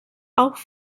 auch